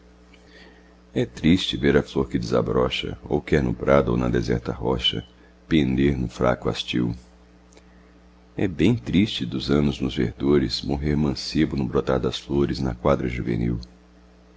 é triste ver a flor que desabrocha ou quer no prado ou na deserta rocha pender no fraco hastil é bem triste dos anos nos verdores morrer mancebo no brotar das flores na quadra juvenil